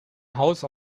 house